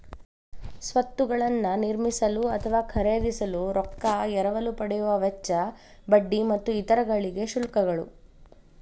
ಸ್ವತ್ತುಗಳನ್ನ ನಿರ್ಮಿಸಲು ಅಥವಾ ಖರೇದಿಸಲು ರೊಕ್ಕಾ ಎರವಲು ಪಡೆಯುವ ವೆಚ್ಚ, ಬಡ್ಡಿ ಮತ್ತು ಇತರ ಗಳಿಗೆ ಶುಲ್ಕಗಳು